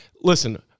Listen